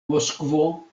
moskvo